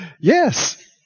Yes